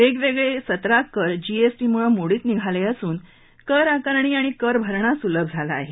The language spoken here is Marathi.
वेगवेगळे सतरा कर जीएसटीमुळं मोडीत निघाले असून कर आकारणी आणि कर भरणा सुलभ झाला आहे